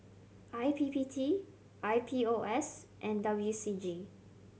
I P P T I P O S and W C G